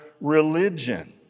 religion